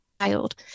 child